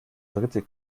dritte